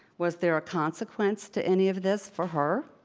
was there a consequence to any of this for her?